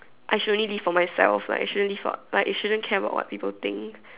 I should only live for myself like I shouldn't live for like I shouldn't care about what people think